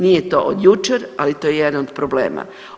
Nije to od jučer, ali to je jedan od problema.